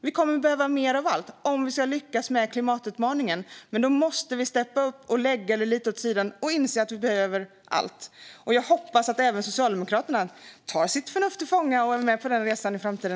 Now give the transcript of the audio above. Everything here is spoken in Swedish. Vi kommer att behöva mer av allt om vi ska lyckas med klimatutmaningen, men då måste vi steppa upp och lägga detta lite åt sidan och i stället inse att vi behöver allt. Jag hoppas att även Socialdemokraterna tar sitt förnuft till fånga och är med på den resan i framtiden.